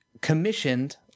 commissioned